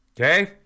okay